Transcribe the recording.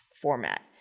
format